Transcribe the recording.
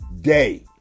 day